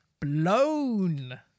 Blown